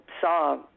saw